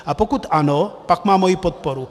A pokud ano, pak má moji podporu.